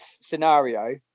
scenario